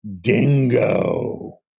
DINGO